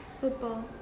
Football